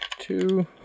two